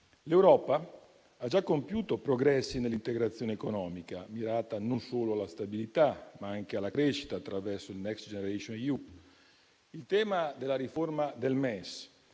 L'Europa ha già compiuto progressi nell'integrazione economica, mirata non solo alla stabilità, ma anche alla crescita, attraverso il Next generation EU. Il tema della riforma del MES